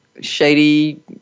shady